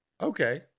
okay